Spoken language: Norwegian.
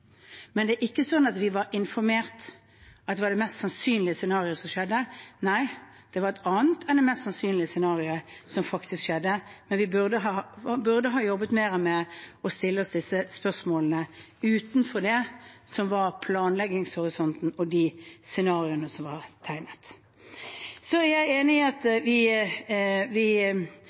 men det er ikke sånn at vi var informert om at det var det mest sannsynlige scenarioet som skjedde. Nei, det var et annet enn det mest sannsynlige scenarioet som faktisk skjedde. Men vi burde ha jobbet mer med å stille oss disse spørsmålene utenfor det som var planleggingshorisonten og de scenarioene som var tegnet opp. Så er jeg enig i at vi